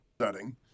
setting